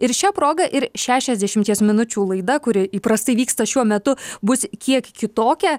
ir šia proga ir šešiasdešimties minučių laida kuri įprastai vyksta šiuo metu bus kiek kitokia